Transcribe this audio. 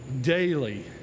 daily